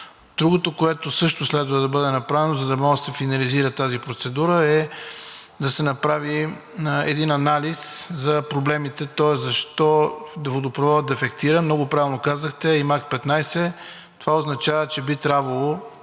Другото, което също следва да бъде направено, за да може да се финализира тази процедура, е да се направи един анализ за проблемите защо водопроводът дефектира. Много правилно казахте, че има Акт 15. Това означава, че би трябвало,